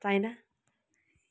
China